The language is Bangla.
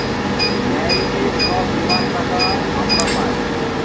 ন্যায় দিয়ে সব বীমার টাকা আমরা পায়